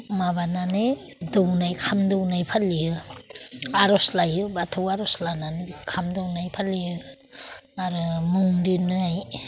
माबानानै दौनाय ओंखाम दौनाय फालियो आर'ज लायो बाथौ आर'ज लानानै ओंखाम दौनाय फालियो आरो मुं दोन्नाय